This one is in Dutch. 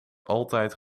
altijd